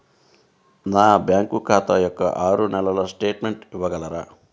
నా బ్యాంకు ఖాతా యొక్క ఆరు నెలల స్టేట్మెంట్ ఇవ్వగలరా?